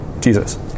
Jesus